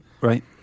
Right